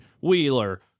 Wheeler